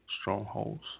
strongholds